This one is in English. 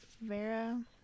Vera